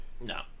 no